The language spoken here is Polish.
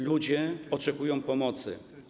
Ludzie oczekują pomocy.